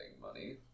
money